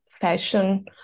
fashion